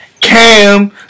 Cam